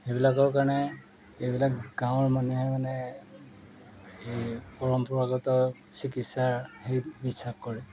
সেইবিলাকৰ কাৰণে এইবিলাক গাঁৱৰ মানুহে মানে এই পৰম্পৰাগত চিকিৎসাৰ সেই বিশ্বাস কৰে